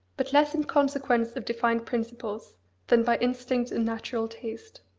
but less in consequence of defined principles than by instinct and natural taste.